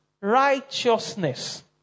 righteousness